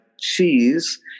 cheese